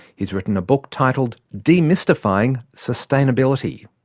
he's written a book titled demystifying sustainability.